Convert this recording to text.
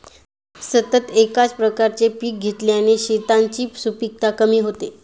सतत एकाच प्रकारचे पीक घेतल्याने शेतांची सुपीकता कमी होते